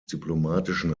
diplomatischen